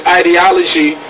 ideology